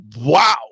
Wow